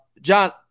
John